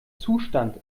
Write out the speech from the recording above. zustand